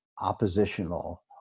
oppositional